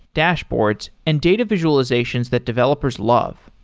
dashboards and data visualizations that developers love.